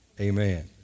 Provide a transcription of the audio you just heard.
amen